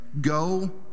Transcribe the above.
Go